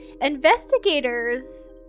Investigators